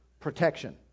Protection